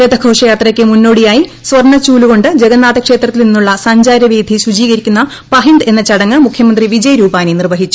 രഥഘോഷയാത്രയ്ക്ക് മുന്നോടിയായി സ്വർണച്ചൂലുകൊണ്ട് ജഗന്നാഥ ക്ഷേത്രത്തിൽ നിന്നുള്ള സഞ്ചാര വീഥി ശുചീകരിക്കുന്ന പഹിന്ദ് എന്ന് ചടങ്ങ് മുഖ്യമന്ത്രി വിജയ് രൂപാനി നിർവഹിച്ചു